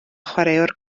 chwaraewr